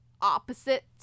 opposite